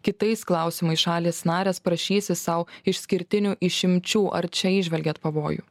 kitais klausimais šalys narės prašysis sau išskirtinių išimčių ar čia įžvelgiat pavojų